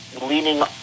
leaning